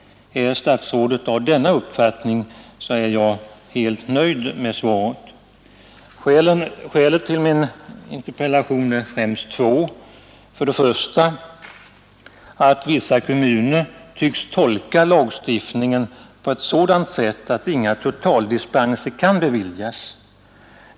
Är detta statsrådets uppfattning, är jag helt nöjd med svaret. Skälen till min interpellation är främst två, nämligen för det första att vissa kommuner tycks tolka lagstiftningen så, att inga totaldispenser kan beviljas.